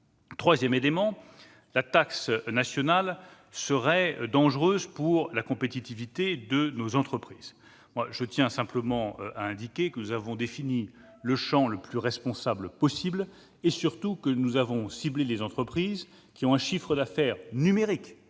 Troisième élément d'inquiétude : la taxe nationale serait dangereuse pour la compétitivité de nos entreprises. Je tiens simplement à indiquer que nous avons défini le champ le plus responsable possible et, surtout, que nous avons ciblé les entreprises dont le chiffre d'affaires numérique,